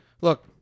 Look